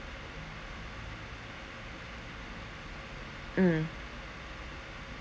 mm